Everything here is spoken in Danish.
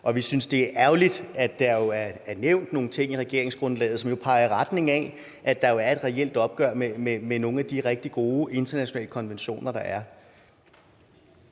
Vi synes, det er ærgerligt, at der i regeringsgrundlaget er nævnt nogle ting, der peger i retning af, at der er et reelt opgør med nogle af de rigtig gode internationale konventioner. Kl.